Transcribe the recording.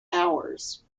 ours